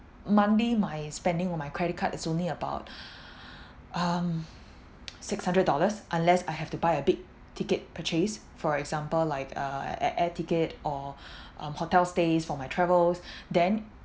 monthly my spending on my credit card is only about um six hundred dollars unless I have to buy a big ticket purchase for example like uh an air ticket or um hotel's stays for my travels then